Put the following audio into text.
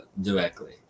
directly